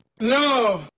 no